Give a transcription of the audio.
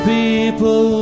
people